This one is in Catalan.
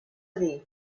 dir